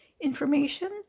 information